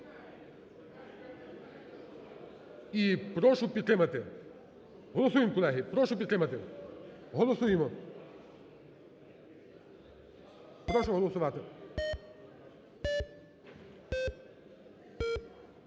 і прошу підтримати. Голосуємо, колеги. Прошу підтримати. Голосуємо! Прошу голосувати.